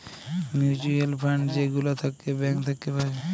mutual fund যে গুলা থাক্যে ব্যাঙ্ক থাক্যে পাওয়া যায়